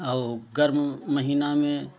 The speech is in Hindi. औ गर्म महीना में